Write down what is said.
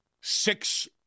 six